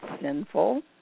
sinful